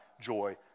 joy